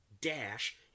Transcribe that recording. dash